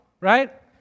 Right